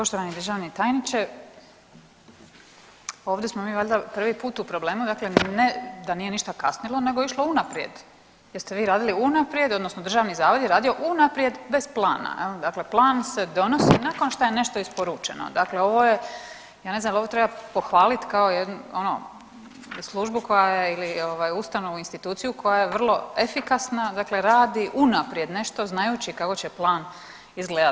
Poštovani državni tajniče, ovdje smo mi valjda prvi put u problemu dakle ne da nije ništa kasnilo nego je išlo unaprijed jer ste vi radili unaprijed odnosno državni zavod je radio unaprijed bez plana jel, dakle plan se donosi nakon što je nešto isporučeno, dakle ovo je, ja ne znam jel ovo treba pohvalit kao ono službu koja je ili ovaj ustanovu i instituciju koja je vrlo efikasna, dakle radi unaprijed nešto znajući kako će plan izgledat.